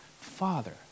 father